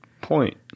point